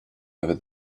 over